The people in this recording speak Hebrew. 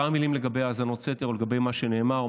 כמה מילים לגבי האזנות סתר או לגבי מה שנאמר או